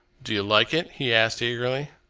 do you like it? he asked eagerly.